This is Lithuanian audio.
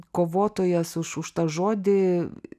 kovotojas už už tą žodį